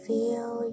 Feel